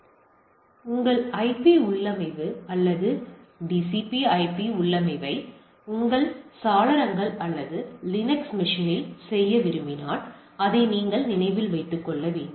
எனவே உங்கள் ஐபி உள்ளமைவு அல்லது டிசிபி ஐபி TCPIP உள்ளமைவை உங்கள் சாளரங்கள் அல்லது லினக்ஸ் மெஷின்யில் செய்ய விரும்பினால் அதை நீங்கள் நினைவில் வைத்துக் கொள்ள வேண்டும்